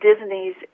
Disney's